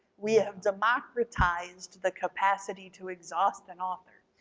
we have democratized the capacity to exhaust an author.